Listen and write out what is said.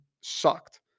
sucked